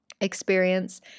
experience